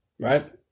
right